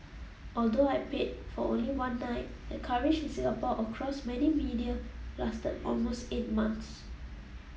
although I payed for only one night the coverage in Singapore across many media lasted almost eight months